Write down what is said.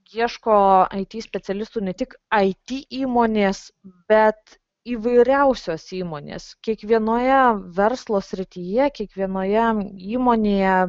ieško it specialistų ne tik it įmonės bet įvairiausios įmonės kiekvienoje verslo srityje kiekvienoje įmonėje